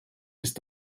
ist